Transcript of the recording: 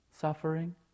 suffering